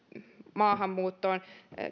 maahanmuuttoon